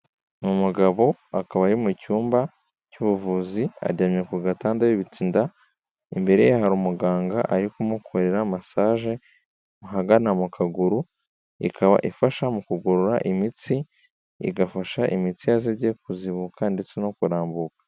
Ni umugabo akaba ari mu cyumba cy'ubuvuzi, aryamye ku gatanda yubitse inda, imbere ye hari umuganga ari kumukorera massage ahagana mu kaguru, ikaba ifasha mu kugorora imitsi, igafasha imitsi yazibye kuzibuka, ndetse no kurambuka.